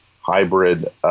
hybrid